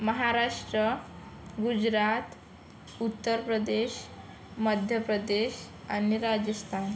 महाराष्ट्र गुजरात उत्तर प्रदेश मध्य प्रदेश आणि राजस्थान